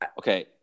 Okay